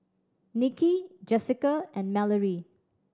Niki Jessica and Mallorie